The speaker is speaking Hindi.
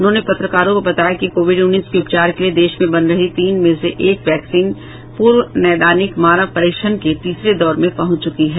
उन्होंने पत्रकारों को बताया कि कोविड उन्नीस के उपचार के लिए देश में बन रही तीन में से एक वैक्सीन पूर्व नैदानिक मानव परीक्षण के तीसरे दौर में पहुंच चूकी है